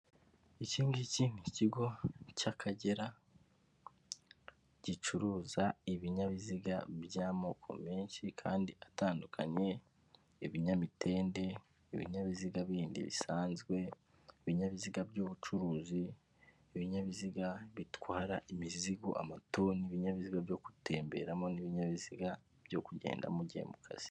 Iki ngiki ni kigo cy'Akagera gicuruza ibinyabiziga by'amoko menshi kandi atandukanye, ibinyamitende, ibinyabiziga bindi bisanzwe, ibinyabiziga by'ubucuruzi, ibinyabiziga bitwara imizigo amatoni, ibinyabiziga byo gutemberamo n'ibinyabiziga byo kugendamo ugiye mu kazi.